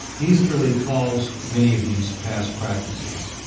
easterly calls many of these past practices,